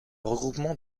regroupement